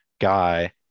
guy